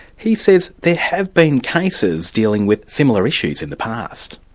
he says there have been cases dealing with similar issues in the past.